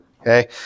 Okay